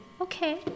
Okay